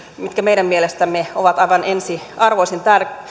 mitkä meidän mielestämme ovat aivan ensiarvoisen